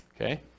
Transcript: Okay